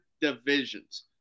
Divisions